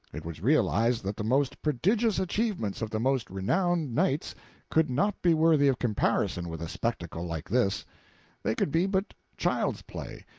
it was realized that the most prodigious achievements of the most renowned knights could not be worthy of comparison with a spectacle like this they could be but child's play,